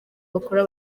bakora